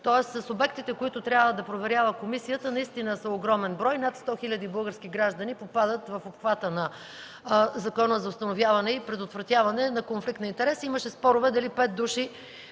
тоест субектите, които трябва да проверява комисията, наистина са огромен брой – над 100 хиляди български граждани попадат в обхвата на Закона за установяване и предотвратяване на конфликт на интереси. Имаше спорове дали 5 души